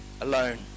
alone